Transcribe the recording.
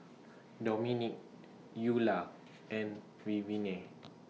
Dominik Eulah and Vivienne